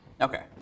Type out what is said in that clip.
Okay